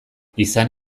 izan